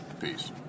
Peace